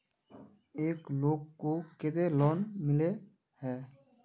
एक लोग को केते लोन मिले है?